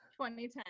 2010